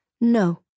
No